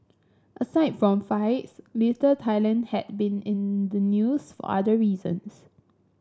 aside from fights Little Thailand had been in the news for other reasons